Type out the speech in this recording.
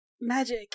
magic